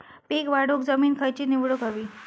पीक वाढवूक जमीन खैची निवडुक हवी?